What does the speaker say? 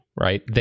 right